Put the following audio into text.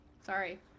Sorry